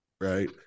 right